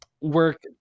work